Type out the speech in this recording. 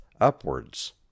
upwards